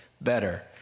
better